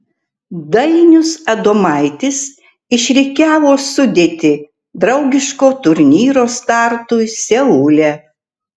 dainius adomaitis išrikiavo sudėtį draugiško turnyro startui seule